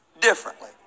differently